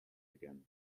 again